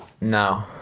No